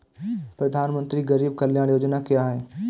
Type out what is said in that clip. प्रधानमंत्री गरीब कल्याण योजना क्या है?